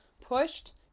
pushed